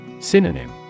Synonym